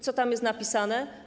Co tam jest napisane?